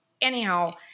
anyhow